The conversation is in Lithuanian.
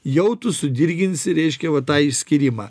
jau tu sudirginsi reiškia va tą išskyrimą